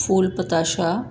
फ़ूल पताशा